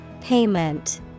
Payment